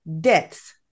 debts